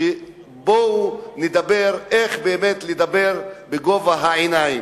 בואו נדבר איך באמת לדבר בגובה העיניים.